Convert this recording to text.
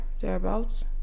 thereabouts